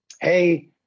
hey